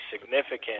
significant